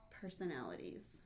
personalities